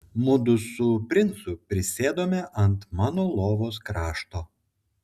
mudu su princu prisėdome ant mano lovos krašto